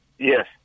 Yes